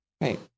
right